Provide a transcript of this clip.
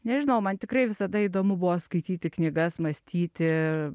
nežinau man tikrai visada įdomu buvo skaityti knygas mąstyti